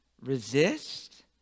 resist